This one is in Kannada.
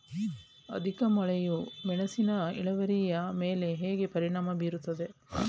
ಅಧಿಕ ಮಳೆಯು ಮೆಣಸಿನ ಇಳುವರಿಯ ಮೇಲೆ ಹೇಗೆ ಪರಿಣಾಮ ಬೀರುತ್ತದೆ?